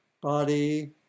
body